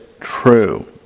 true